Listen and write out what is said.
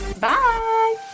Bye